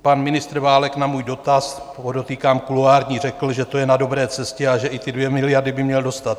Pan ministr Válek na můj dotaz, podotýkám kuloární, řekl, že to je na dobré cestě a že i ty 2 miliardy by měl dostat.